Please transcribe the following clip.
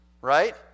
right